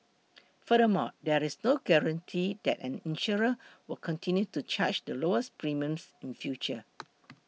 furthermore there is no guarantee that an insurer will continue to charge the lowest premiums in future